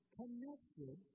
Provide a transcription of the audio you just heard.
connected